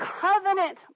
covenant